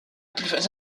plus